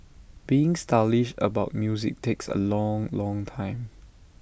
being stylish about music takes A long long time